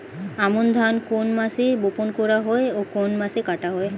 আমন ধান কোন মাসে বপন করা হয় ও কোন মাসে কাটা হয়?